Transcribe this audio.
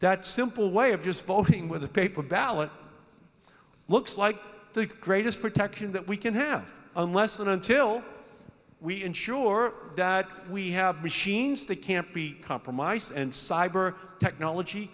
that simple way of just voting with a paper ballot looks like the greatest protection that we can have unless and until we ensure that we have machines that can't be compromised and cyber technology